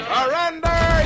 Surrender